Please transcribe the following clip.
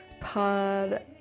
Pod